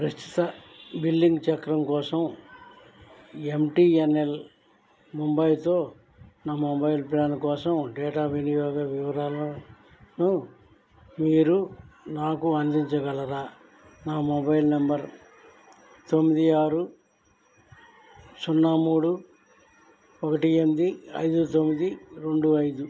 ప్రస్తుత బిల్లింగ్ చక్రం కోసం ఎంటీఎన్ఎల్ ముంబైతో నా మొబైల్ ప్లాన్ కోసం డేటా వినియోగ వివరాలను మీరు నాకు అందించగలరా నా మొబైల్ నెంబర్ తొమ్మిది ఆరు సున్నా మూడు ఒకటి ఎనిమిది ఐదు తొమ్మిది రెండు ఐదు